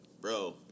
Bro